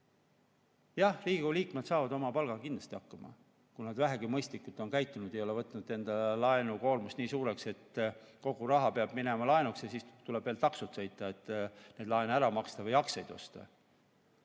Jah, Riigikogu liikmed saavad oma palgaga kindlasti hakkama, kui nad vähegi mõistlikult on käitunud, ei ole võtnud endale laenukoormust nii suureks, et kogu raha peab minema laenu [tagasimaksmiseks], ja siis tuleb veel taksot sõita, et neid laene ära maksta või aktsiaid osta.